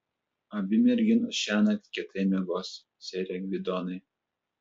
abi merginos šiąnakt kietai miegos sere gvidonai